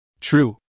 True